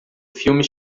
filme